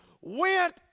went